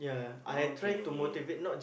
oh okay